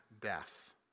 death